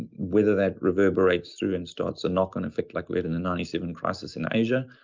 whether that reverberates through and starts a knock on effect, like we had in the ninety seven crisis in asia,